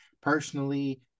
personally